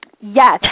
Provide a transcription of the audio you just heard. Yes